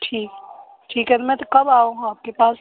ठीक ठीक है तो मैं तो कब आऊँ आप के पास